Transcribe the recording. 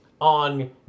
on